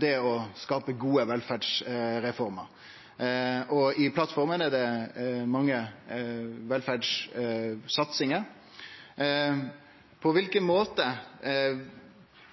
det å skape gode velferdsreformer. I plattforma er det mange velferdssatsingar. På kva måte